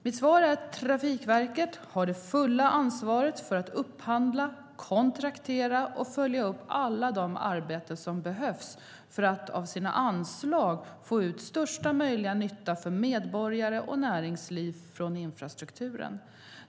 Mitt svar är att Trafikverket har det fulla ansvaret för att upphandla, kontraktera och följa upp alla de arbeten som behövs för att av sina anslag få ut största möjliga nytta av infrastrukturen för medborgare och näringsliv.